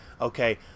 okay